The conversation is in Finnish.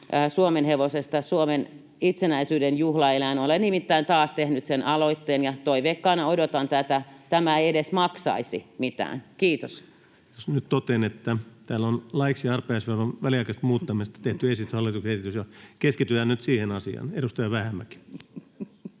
suomenhevosesta Suomen itsenäisyyden juhlaeläin. Olen nimittäin taas tehnyt sen aloitteen, ja toiveikkaana odotan tätä. Tämä ei edes maksaisi mitään. — Kiitos. Jos minä nyt totean, että täällä on laiksi arpajaisveron väliaikaisesta muuttamisesta tehty hallituksen esitys, ja keskitytään nyt siihen asiaan. — Edustaja Vähämäki.